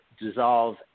dissolve